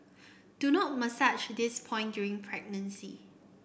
do not massage this point during pregnancy